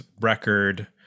record